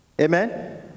Amen